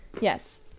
Yes